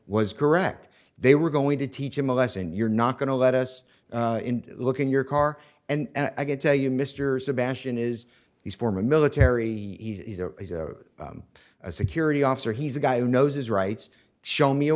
was correct they were going to teach him a lesson you're not going to let us look in your car and i could tell you mr sebastian is the former military a security officer he's a guy who knows his rights show me a